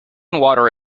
water